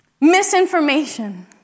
misinformation